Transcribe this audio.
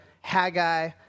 Haggai